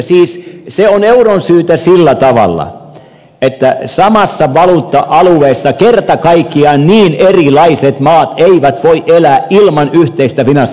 siis se on euron syytä sillä tavalla että samassa valuutta alueessa kerta kaikkiaan niin erilaiset maat eivät voi elää ilman yhteistä finanssipolitiikkaa